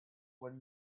would